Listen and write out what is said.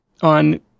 on